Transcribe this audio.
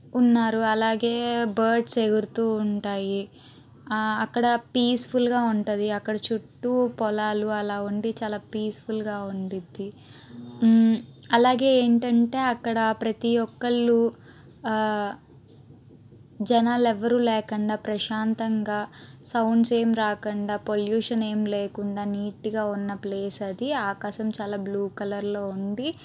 ఉన్నారు అలాగే బర్డ్స్ ఎగురుతూ ఉంటాయి అక్కడ పీస్ఫుల్గా ఉంటుంది అక్కడ చుట్టూ పొలాలు అలా ఉండి చాలా పీస్ఫుల్గా ఉంటుద్ది అలాగే ఏంటంటే అక్కడ ప్రతి ఒక్కరు జనాలు ఎవరు లేకుండా ప్రశాంతంగా సౌండ్స్ ఏం రాకుండా పొల్యూషన్ ఏమి లేకుండా నీట్గా ఉన్న ప్లేస్ అది ఆకాశం చాలా బ్లూ కలర్లో ఉండి